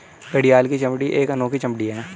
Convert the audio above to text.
घड़ियाल की चमड़ी एक अनोखी चमड़ी है